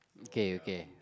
okay okay